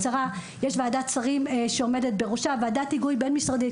ועדת שרים שעומדת בראשה, ועדת היגוי בין-משרדית.